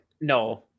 No